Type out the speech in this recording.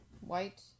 White